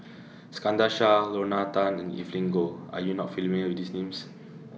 Iskandar Shah Lorna Tan and Evelyn Goh Are YOU not familiar with These Names